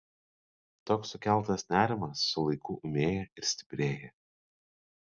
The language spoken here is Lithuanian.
toks sukeltas nerimas su laiku ūmėja ir stiprėja